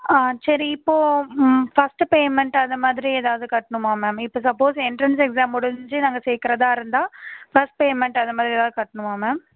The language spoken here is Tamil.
ஆ சரி இப்போது ஃபஸ்ட்டு பேமண்ட் அது மாதிரி ஏதாவது கட்டணுமா மேம் இப்போ சப்போஸ் என்ட்ரன்ஸ் எக்ஸாம் முடிஞ்சு நாங்கள் சேர்க்கறதா இருந்தால் ஃபஸ்ட் பேமண்ட் அது மாதிரி ஏதாவது கட்டணுமா மேம்